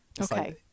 Okay